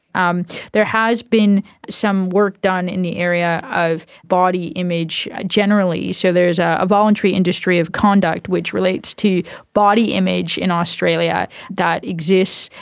um there has been some work done in the area of body image generally, so there's ah a voluntary industry of conduct which relates to body image in australia that exists,